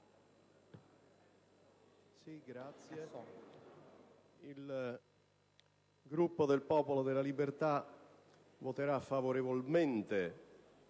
Presidente, il Gruppo del Popolo della Libertà voterà favorevolmente